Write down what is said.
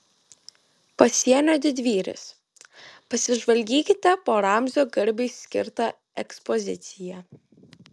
pasienio didvyris pasižvalgykite po ramzio garbei skirtą ekspoziciją